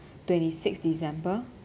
twenty six december